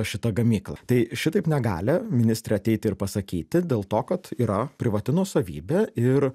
šita gamykla tai šitaip negali ministrė ateit ir pasakyti dėl to kad yra privati nuosavybė ir